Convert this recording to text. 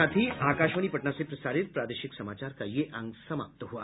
इसके साथ ही आकाशवाणी पटना से प्रसारित प्रादेशिक समाचार का ये अंक समाप्त हुआ